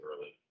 early